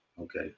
Okay